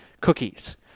cookies